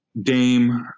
Dame